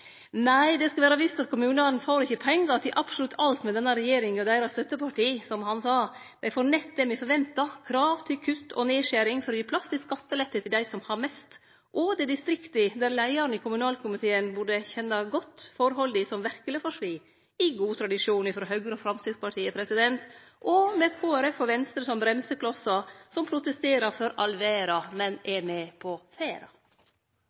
Nei, det skal vere visst at kommunane ikkje får pengar til absolutt alt med denne regjeringa og deira støtteparti, som Njåstad sa, dei får nett det me forventa: krav til kutt og nedskjering for å gi plass til skattelette til dei som har mest. Og dei distrikta der leiaren i kommunalkomiteen burde kjenne forholda godt, får verkeleg svi, i god tradisjon frå Høgre og Framstegspartiet og med Kristeleg Folkeparti og Venstre som bremseklossar som protesterer for all verda, men